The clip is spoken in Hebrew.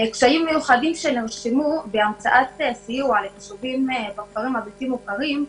קשיים מיוחדים שנרשמו בהמצאת סיוע לתושבים בכפרים הבלתי מוכרים,